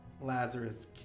Lazarus